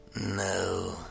No